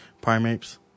primates